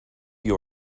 you